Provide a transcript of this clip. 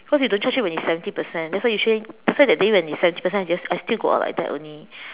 cause you don't charge it when it's seventy percent that's why usually that's why that day when it's seventy percent I just I still go out like that only